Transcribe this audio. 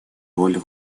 роль